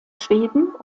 schweden